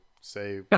say